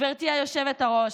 גברתי היושבת-ראש,